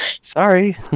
Sorry